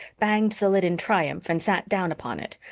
banged the lid in triumph, and sat down upon it,